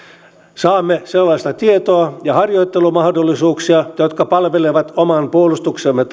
saamme sellaista tietoa ja harjoittelumahdollisuuksia jotka palvelevat oman puolustuksemme